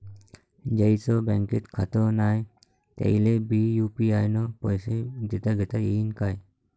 ज्याईचं बँकेत खातं नाय त्याईले बी यू.पी.आय न पैसे देताघेता येईन काय?